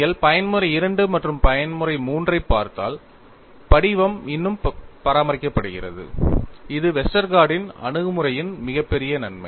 நீங்கள் பயன்முறை II மற்றும் பயன்முறை III ஐப் பார்த்தால் படிவம் இன்னும் பராமரிக்கப்படுகிறது இது வெஸ்டர்கார்டின் Westergaard's அணுகுமுறையின் மிகப்பெரிய நன்மை